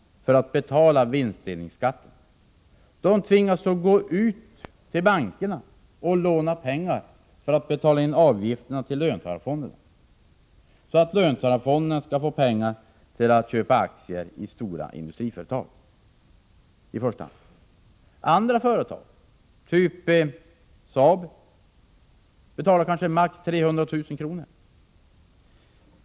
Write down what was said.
för att betala vinstdelningsskatten. Man tvingas gå till bankerna och låna pengar för att betala in avgifter till löntagarfonderna, så att löntagarfonderna skall få pengar till att köpa aktier i första hand i stora industriföretag. Andra företag, typ SAAB, betalar maximalt 300 000 kr.